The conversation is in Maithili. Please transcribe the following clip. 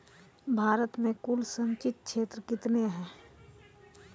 भारत मे कुल संचित क्षेत्र कितने हैं?